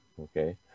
Okay